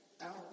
out